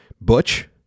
Butch